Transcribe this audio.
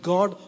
God